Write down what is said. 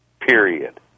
Period